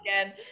again